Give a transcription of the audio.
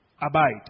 abide